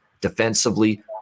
defensively